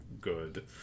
good